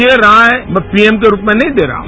यह राय मैं पीएम के रूप में नहीं दे रहा हूं